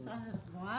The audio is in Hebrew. זה של משרד התחבורה.